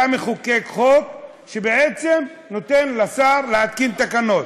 אתה מחוקק חוק שנותן לשר להתקין תקנות,